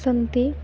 सन्ति